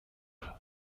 beau